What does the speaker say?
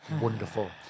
wonderful